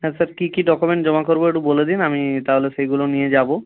হ্যাঁ স্যার কী কী ডকুমেন্ট জমা করব একটু বলে দিন আমি তাহলে সেইগুলো নিয়ে যাব